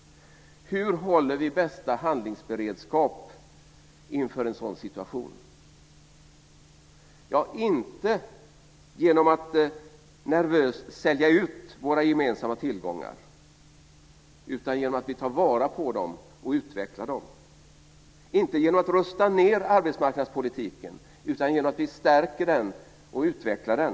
Hur håller vi bästa handlingsberedskap inför en sådan situation? Ja, inte är det genom att nervöst sälja ut våra gemensamma tillgångar, utan genom att ta vara på dem och utveckla dem. Vi gör det inte genom att rusta ned arbetsmarknadspolitiken utan genom att stärka och utveckla den.